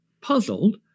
puzzled